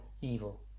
evil